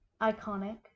iconic